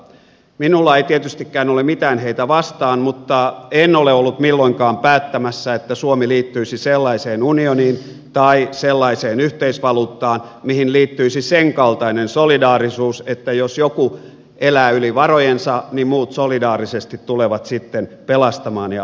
minulla ei tietystikään ole mitään heitä vastaan mutta en ole ollut milloinkaan päättämässä että suomi liittyisi sellaiseen unioniin tai sellaiseen yhteisvaluuttaan mihin liittyisi sen kaltainen solidaarisuus että jos joku elää yli varojensa niin muut solidaarisesti tulevat sitten pelastamaan ja auttamaan